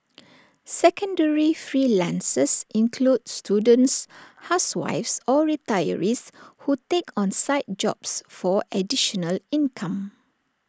secondary freelancers include students housewives or retirees who take on side jobs for additional income